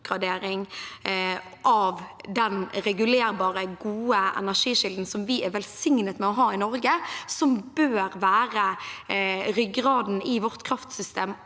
av den regulerbare, gode energikilden som vi er velsignet med å ha i Norge, som bør være ryggraden i vårt kraftsystem